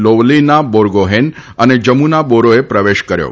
લોવલીના બોર્ગોફેન અને જમુના બોરોએ પ્રવેશ કર્યો છે